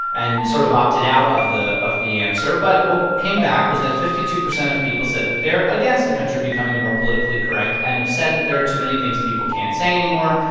and sort of opted out of the of the answer. but what came back was that fifty two percent of people said that they're against the country becoming more politically correct and upset that there are too many things people can't say anymore.